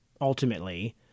Ultimately